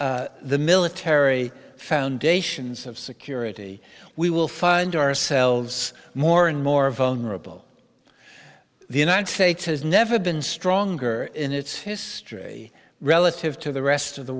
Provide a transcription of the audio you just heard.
emphasize the military foundations of security we will find ourselves more and more vulnerable the united states has never been stronger in its history relative to the rest of the